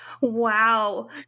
Wow